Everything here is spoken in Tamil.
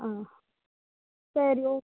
ஆ சரி ஓகே